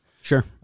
sure